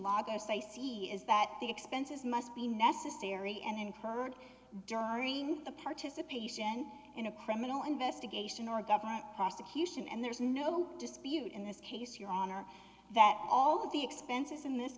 stacey is that the expenses must be necessary and incurred during the participation in a criminal investigation or government prosecution and there's no dispute in this case your honor that all of the expenses in this